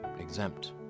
exempt